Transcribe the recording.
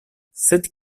sed